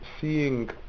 seeing